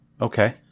Okay